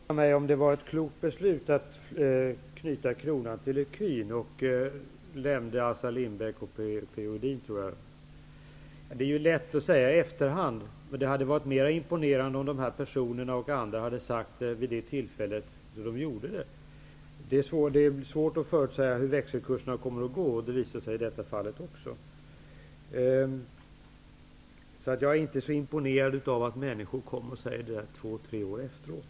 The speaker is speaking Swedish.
Herr talman! Johan Lönnroth frågade mig om det var ett klokt beslut att knyta kronan till ecun. Jag tror att han nämnde Assar Lindbeck och P O Edin. Detta är ju lätt att säga i efterhand. Det hade varit mera imponerande om dessa personer och andra hade sagt det vid det tillfälle när det gjordes. Det är svårt att säga hur växelkurserna kommer att gå. Det visade sig också i det här fallet. Jag är inte så imponerad av att människor kommer och säger det här två tre år efteråt.